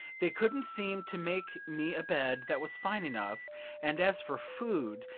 they couldn't seem to make me a bed that was fine enough and as for food,